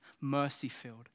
mercy-filled